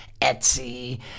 Etsy